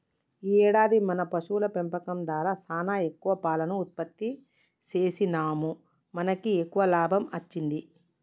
ఈ ఏడాది మన పశువుల పెంపకం దారా సానా ఎక్కువ పాలను ఉత్పత్తి సేసినాముమనకి ఎక్కువ లాభం అచ్చింది